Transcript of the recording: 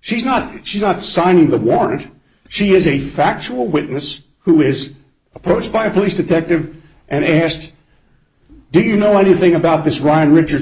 she's not she's not signing the warrant she is a factual witness who is approached by a police detective and asked do you know anything about this ryan richards